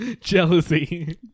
jealousy